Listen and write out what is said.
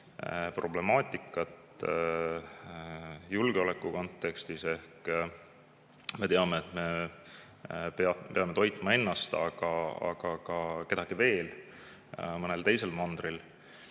problemaatikat julgeoleku kontekstis. Me teame, et peame toitma ennast, aga ka kedagi veel mõnel teisel mandril.